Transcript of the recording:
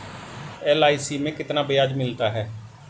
LIC में कितना ब्याज मिलता है?